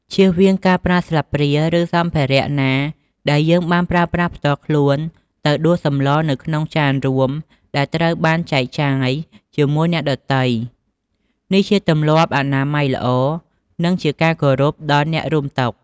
ជៀសវាងការប្រើស្លាបព្រា ឬសម្ភារៈណាដែលយើងបានប្រើប្រាស់ផ្ទាល់ខ្លួនទៅដួសម្ហូបនៅក្នុងចានរួមដែលត្រូវចែករំលែកជាមួយអ្នកដទៃ នេះជាទម្លាប់អនាម័យល្អ និងជាការគោរពដល់អ្នករួមតុ។